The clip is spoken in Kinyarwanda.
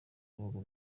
bihugu